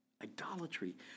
idolatry